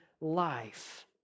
life